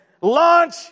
Launch